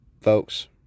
folks